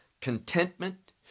contentment